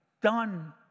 done